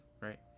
right